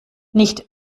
nicht